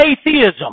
atheism